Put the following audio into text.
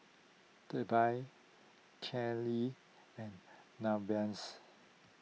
Darby Kailey and Nevaehs